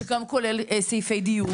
שגם כולל סעיפי דיור כמובן.